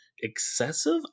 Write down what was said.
excessive